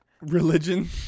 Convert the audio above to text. Religion